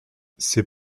ses